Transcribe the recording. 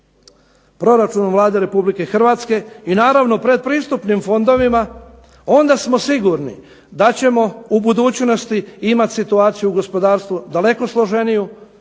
proračunom Vlade Republike Hrvatske i naravno pretpristupnim fondovima onda smo sigurni da ćemo u budućnosti imati situaciju u gospodarstvu daleko staloženiju,